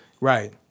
Right